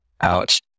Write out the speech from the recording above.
ouch